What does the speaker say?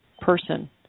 person